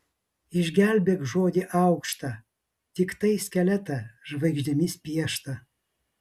išgelbėk žodį aukštą tiktai skeletą žvaigždėmis pieštą